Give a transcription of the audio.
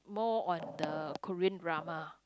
more on the Korean drama